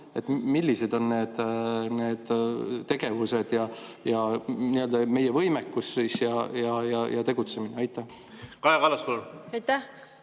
Millised on need tegevused, meie võimekus ja tegutsemine? Aitäh!